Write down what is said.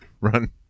run